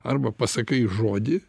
arba pasakai žodį